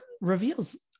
reveals